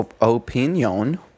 opinion